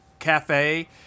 cafe